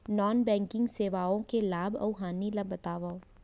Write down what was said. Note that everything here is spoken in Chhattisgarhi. नॉन बैंकिंग सेवाओं के लाभ अऊ हानि ला बतावव